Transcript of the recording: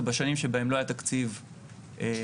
ובשנים שבהן לא היה תקציב מאושר,